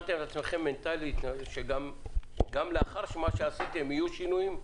עצמכם מנטלית שגם לאחר מה שעשיתם יהיו שינויים?